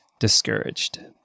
discouraged